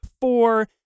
Four